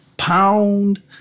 Pound